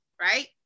right